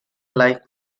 live